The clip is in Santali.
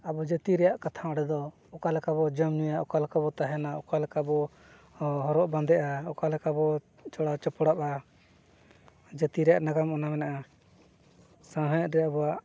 ᱟᱵᱚ ᱡᱟᱹᱛᱤ ᱨᱮᱭᱟᱜ ᱠᱟᱛᱷᱟ ᱚᱸᱰᱮ ᱫᱚ ᱚᱠᱟ ᱞᱮᱠᱟ ᱵᱚᱱ ᱡᱚᱢ ᱧᱩᱭᱟ ᱚᱠᱟ ᱞᱮᱠᱟ ᱵᱚᱱ ᱛᱟᱦᱮᱱᱟ ᱚᱠᱟ ᱞᱮᱠᱟ ᱵᱚᱱ ᱦᱚᱨᱚᱜ ᱵᱟᱸᱫᱮᱜᱼᱟ ᱚᱠᱟ ᱞᱮᱠᱟ ᱵᱚᱱ ᱪᱷᱚᱲᱟ ᱪᱚᱯᱲᱟᱜᱼᱟ ᱡᱟᱹᱛᱤ ᱨᱮᱭᱟᱜ ᱱᱟᱜᱟᱢ ᱚᱱᱟ ᱢᱮᱱᱟᱜᱼᱟ ᱥᱟᱶᱦᱮᱸᱫ ᱨᱮ ᱟᱵᱚᱣᱟᱜ